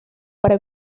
para